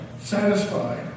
satisfied